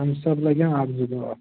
اَمہِ سبہٕ لگن اَکھ زٕ دوہ اَتھ